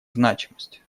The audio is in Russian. значимость